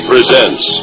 Presents